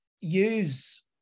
use